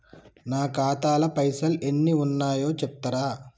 నా ఖాతా లా పైసల్ ఎన్ని ఉన్నాయో చెప్తరా?